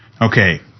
Okay